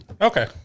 Okay